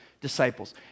disciples